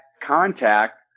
contact